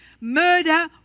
murder